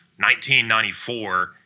1994